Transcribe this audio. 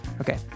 Okay